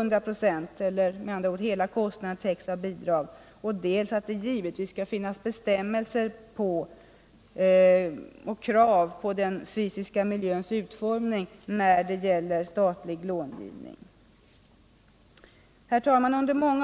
Under många